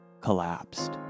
collapsed